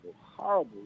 horrible